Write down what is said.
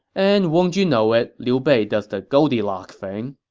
and won't you know it, liu bei does the goldilock thing